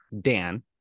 Dan